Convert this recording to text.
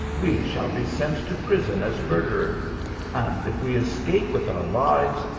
we shall be sent to prison as murderers and if we escape with our lives,